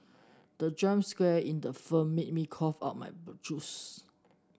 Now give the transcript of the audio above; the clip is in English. the jump scare in the film made me cough out my juice